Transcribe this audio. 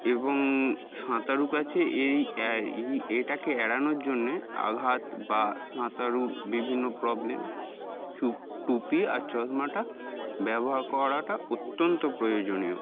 এবং সাঁতারু কাছে এই এটাকে এড়ানোর জন্যে আঘাত বা সাঁতারুর বিভিন্ন প্রবলেম চুপ টুপি আর চশমাটা ব্যবহার করাটা অত্যন্ত প্রয়োজনীয়